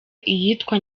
iyitwa